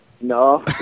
No